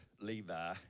Levi